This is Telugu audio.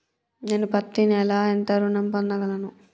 నేను పత్తి నెల ఎంత ఋణం పొందగలను?